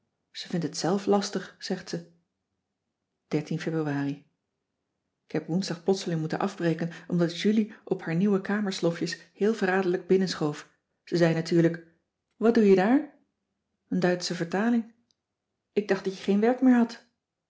ze vindt het zelf lastig zegt ze ebruari k eb oensdag plotseling moeten afbreken omdat julie op haar nieuwe kamerslofjes heel verraderlijk binnenschoof ze zei natuurlijk wat doe je daar n duitsche vertaling ik dacht dat je geen werk meer had